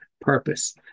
purpose